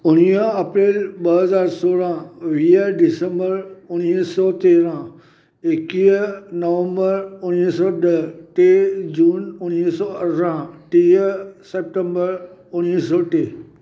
उणिवीह अप्रैल ॿ हज़ार सोरहां वीह डिसंबर उणिवीह सौ तेरहां एक्वीह नवंबर उणिवीह सौ ॾह टे जून उणिवीह सौ अरड़हां टीह सेप्टेंबर उणिवीह सौ टीह